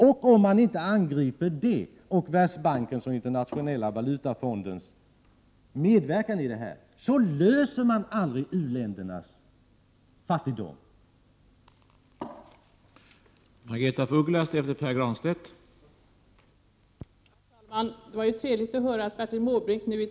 Om man inte angriper exploateringen och Världsbankens och den internationella valutafondens medverkan till den blir problemet med u-ländernas fattigdom aldrig löst.